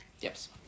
yes